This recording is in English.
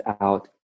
out